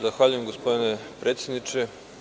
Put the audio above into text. Zahvaljujem, gospodine predsedniče.